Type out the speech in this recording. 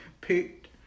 picked